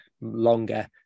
longer